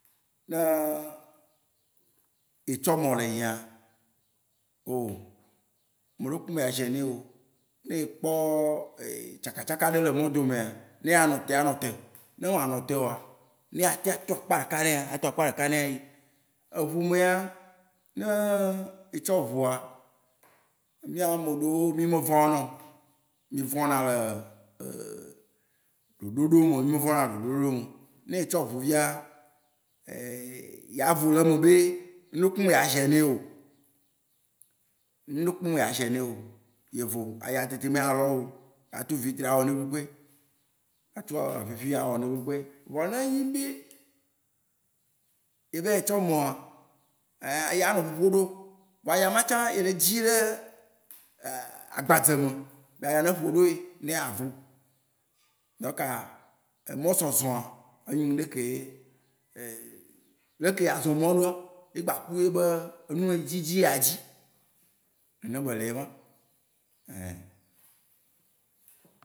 Ne etsɔ emɔ le yia, oo meɖe kpe mea gêner wò oo. Ne ekpɔ tsaka tsaka ɖe le mɔ domea, ne anɔ tea, anɔ te. Ne ma anɔ te oa, ne ate ato akpa ɖeka nea, ato akpa ɖeka nɛ ayi. Eʋu me ya, ne etsɔ ʋua, mía ame ɖewo mí me vɔ na oo. Mí me vɔ na le ʋu ɖoɖo meo, mi me vɔ na le. Ne etsɔ ʋu fia, yea vo le eme be nu ɖepke me dza gêner wò oo. Nuɖe kpe me dza gêner wò oo. Ye vo. Aya teti mea lɔ wò oo. Atu vitre awɔ nuɖe kpekpe. Atu apupui awɔ nuɖe kpekpe. Voa ne enyi be e vayi tsɔ emɔa, aya anɔ ƒoƒom de wò. Vɔa aya ma tsã, ele edzi ɖe agbadze me, be aya ne ƒo ɖo ye, ne yea vo. Donc aa emɔ zɔzɔ̃a, enyo. Ɖeke ye ɖeke ye azɔ mɔa ɖoa,, ye kpaku yebe enu dzidzi ye adzi. Nene be le yema ein.